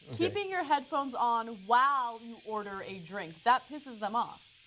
keeping your headphones on while you order a drink. that pisses them off,